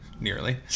nearly